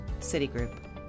Citigroup